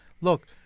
look